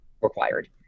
required